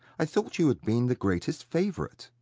i thought you had been the greatest favourite.